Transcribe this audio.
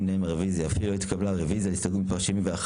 הרוויזיה על הסתייגות מספר 60?